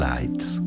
Lights